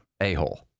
A-hole